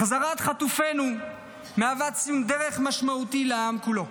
החזרת חטופים מהווה ציון דרך משמעותי לעם כולו.